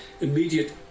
immediate